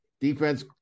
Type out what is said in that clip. Defense